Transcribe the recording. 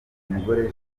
mugore